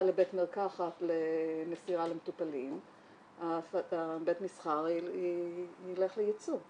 לבית מרקחת למסירה למטופלים הבית מסחר ילך לייצוא.